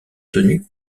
tenus